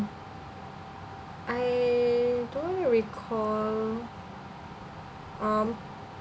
I don't recall um